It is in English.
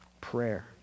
prayer